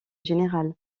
général